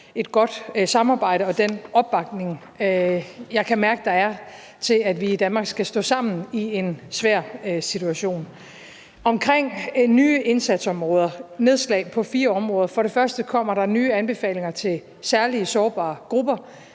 et godt samarbejde og for den opbakning, jeg kan mærke der er, til, at vi i Danmark skal stå sammen i en svær situation. Med hensyn til nye indsatsområder er der nedslag på fire områder. Der kommer for det første nye anbefalinger til særlig sårbare grupper.